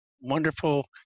wonderful